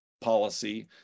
Policy